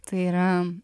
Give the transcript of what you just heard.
tai yra